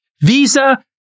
Visa